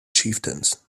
chieftains